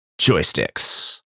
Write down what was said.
joysticks